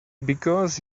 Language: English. because